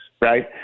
right